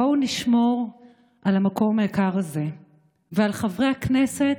בואו נשמור על המקום היקר הזה ועל חברי הכנסת,